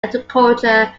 agriculture